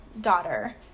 daughter